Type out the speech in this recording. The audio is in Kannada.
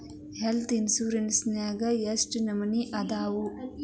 ಹೆಲ್ತ್ ಇನ್ಸಿರೆನ್ಸ್ ನ್ಯಾಗ್ ಯೆಷ್ಟ್ ನಮನಿ ಅದಾವು?